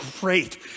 great